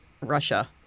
Russia